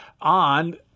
on